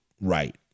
right